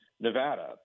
Nevada